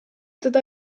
teda